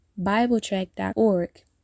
bibletrack.org